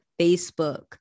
Facebook